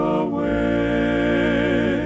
away